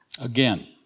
Again